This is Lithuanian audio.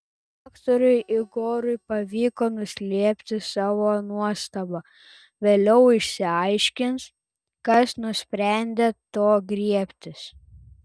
daktarui igorui pavyko nuslėpti savo nuostabą vėliau išsiaiškins kas nusprendė to griebtis